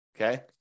Okay